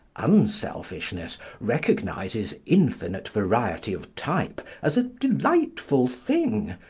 unselfishness recognises infinite variety of type as a delightful thing,